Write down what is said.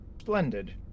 Splendid